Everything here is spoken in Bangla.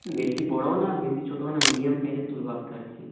বেশি বড়ও না বেশি ছোটোও না মিডিয়াম সাইজের তুলব একটা আর কি